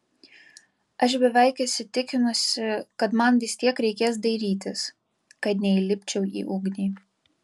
aš beveik įsitikinusi kad man vis tiek reikės dairytis kad neįlipčiau į ugnį